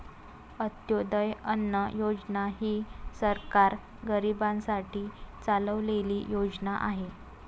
अंत्योदय अन्न योजना ही सरकार गरीबांसाठी चालवलेली योजना आहे